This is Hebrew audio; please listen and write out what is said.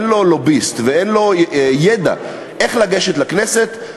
אין לו לוביסט ואין לו ידע איך לגשת לכנסת,